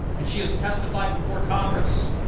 and she has testified before congress,